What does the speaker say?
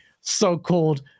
so-called